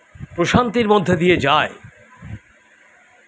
প্রশান্তির মধ্যে দিয়ে যায়